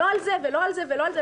לא על זה ולא על זה ולא על זה,